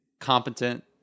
competent